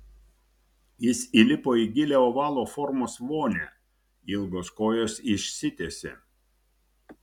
jis įlipo į gilią ovalo formos vonią ilgos kojos išsitiesė